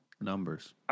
Numbers